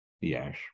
Yes